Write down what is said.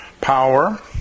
power